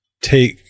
take